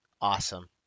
Awesome